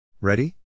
Ready